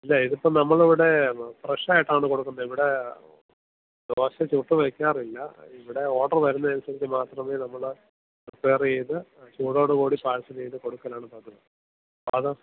ഇല്ലാ ഇതിപ്പം നമ്മൾ ഇവിടെ ഫ്രഷ് ആയിട്ടാണ് കൊടുക്കുന്നത് ഇവിടെ ദോശ ചുട്ടു വയ്ക്കാറില്ല ഇവിടെ ഓർഡർ വരുന്നത് അനുസരിച്ച് മാത്രമേ നമ്മൾ പ്രിപയർ ചെയ്ത് ചൂടോടുകൂടി പാഴ്സല് ചെയ്ത് കൊടുക്കലാണ് പതിവ് അത്